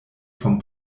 vom